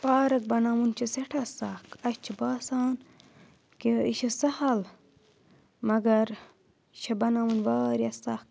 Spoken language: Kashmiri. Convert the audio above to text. پارَک بَناوُن چھِ سؠٹھاہ سَکھ اَسہِ چھُ باسان کہِ یہِ چھُ سَہَل مگر یہِ چھِ بَناؤنۍ واریاہ سخ